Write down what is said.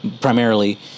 primarily